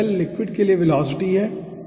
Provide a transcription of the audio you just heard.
liquid के लिए velocity है ठीक है